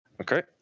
Okay